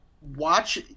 watch